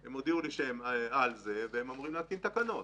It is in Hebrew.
הם הודיעו לי שהם על זה, שהם אמורים להתקין תקנות.